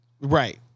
Right